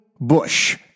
Bush